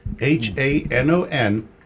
H-A-N-O-N